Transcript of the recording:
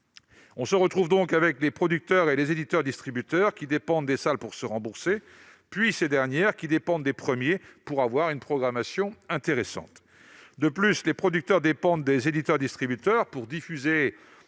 conséquent, les producteurs et les éditeurs-distributeurs dépendent des salles pour se rembourser, et ces dernières dépendent des premiers pour avoir une programmation intéressante. De plus, les producteurs dépendent des éditeurs-distributeurs pour diffuser